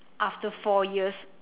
after four years